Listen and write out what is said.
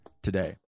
today